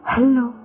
Hello